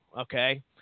okay